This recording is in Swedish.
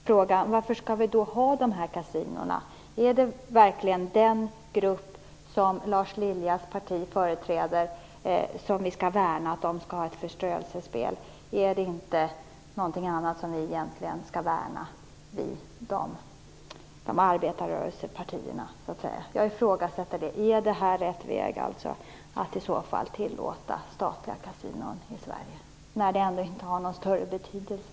Fru talman! Jag ställer mig då frågan varför vi skall ha dessa kasinon. Är det verkligen den grupp som Lars Liljas parti företräder som vi skall värna och som skall ha ett förströelsespel? Är det egentligen inte någonting annat som arbetarrörelsepartierna skall värna? Jag ifrågasätter om det är rätt väg att tillåta statliga kasinon i Sverige, när de ändå inte kommer att få någon större betydelse.